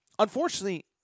Unfortunately